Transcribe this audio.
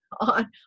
on